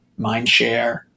mindshare